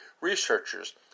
researchers